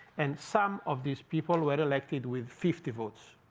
and some of these people were elected with fifty votes,